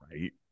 Right